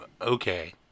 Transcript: Okay